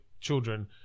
children